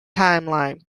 timeline